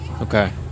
Okay